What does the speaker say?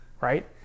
right